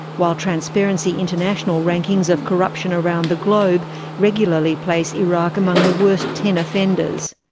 while transparency international rankings of corruption around the globe regularly place iraq among the worst ten offenders.